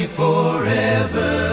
forever